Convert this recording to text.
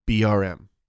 BRM